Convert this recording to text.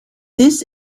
this